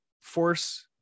force